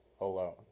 alone